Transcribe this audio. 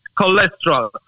cholesterol